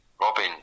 Robin